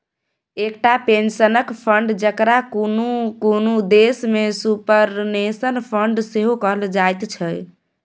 एकटा पेंशनक फंड, जकरा कुनु कुनु देश में सुपरनेशन फंड सेहो कहल जाइत छै